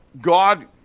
God